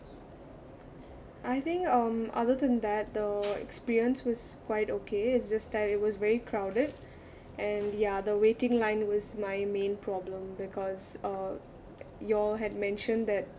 I think um other than that the experience was quite okay it's just that it was very crowded and ya the waiting line was my main problem because uh you all had mentioned that